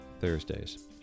Thursdays